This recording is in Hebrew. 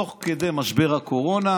תוך כדי משבר הקורונה,